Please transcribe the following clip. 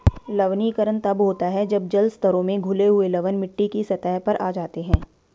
लवणीकरण तब होता है जब जल स्तरों में घुले हुए लवण मिट्टी की सतह पर आ जाते है